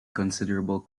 considerable